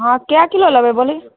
हँ कए किलो लेबै बोली